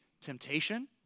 temptation